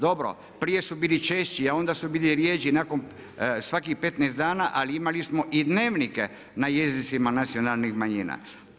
Dobro, prije su bili češći, a onda su bili rjeđi nakon svakih 15 dana, ali imali smo i dnevnike na jezicima nacionalnih manjina.